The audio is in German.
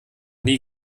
nie